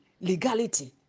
legality